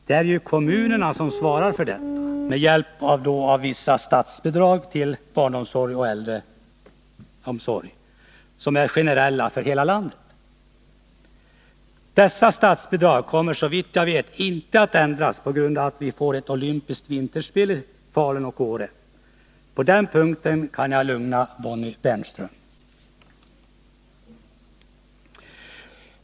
Det är ju kommunerna som svarar härför med hjälp av vissa statsbidrag som är generella för hela landet. Dessa statsbidrag kommer såvitt jag vet inte att ändras om vi får olympiska vinterspel i Falun och Åre. På den punkten kan jag lugna Bonnie Bernström.